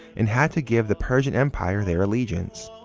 and had to give the persian empire their allegiance.